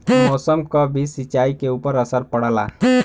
मौसम क भी सिंचाई के ऊपर असर पड़ला